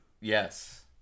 Yes